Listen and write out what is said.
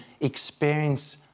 experience